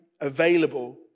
available